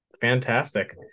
Fantastic